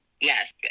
Yes